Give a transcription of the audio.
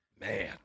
man